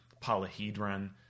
Polyhedron